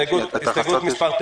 ההסתייגות נפלה.